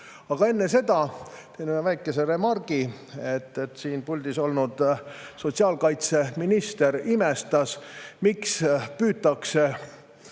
Aga enne seda teen ühe väikese remargi. Siin puldis olnud sotsiaalkaitseminister imestas, miks püütakse